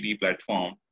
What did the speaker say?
platform